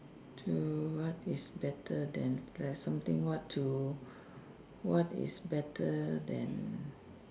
to what is better than like something what to what is better than